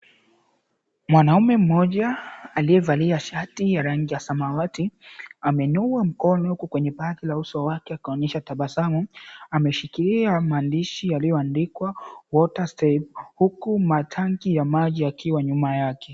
Mwanaume mmoja aliyevalia shati ya rangi ya samawati, amenyoa mkono huku kwenye uso wake kaonyesha tabasamu. Ameshikilia maandishi yaliyoandikwa 'Water Step' huku matangi ya maji yakiwa nyuma yake.